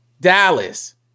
Dallas